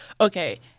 Okay